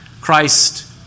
Christ